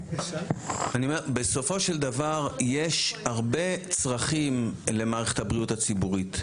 בסופו של דבר יש הרבה צרכים למערכת הבריאות הציבורית,